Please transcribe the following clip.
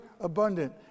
abundant